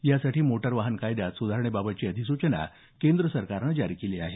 यासाठी मोटार वाहन कायद्यात सुधारणेबाबतची अधिसूचना केंद्र सरकारनं जारी केली आहे